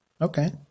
okay